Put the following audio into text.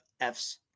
F's